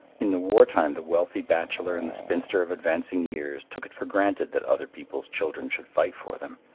in the war time the wealthy bachelor and the spinster of advancing years took it for granted that other people's children should fight for them.